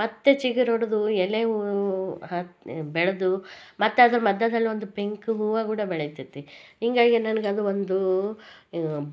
ಮತ್ತು ಚಿಗುರೊಡೆದು ಎಲೆ ಉ ಹತ್ತಿ ಬೆಳೆದು ಮತ್ತು ಅದರ ಮಧ್ಯದಲ್ಲಿ ಒಂದು ಪಿಂಕ್ ಹೂವು ಕೂಡ ಬೆಳಿತದೆ ಹೀಗಾಗಿ ನನಗದು ಒಂದು